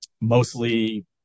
mostly